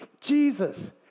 jesus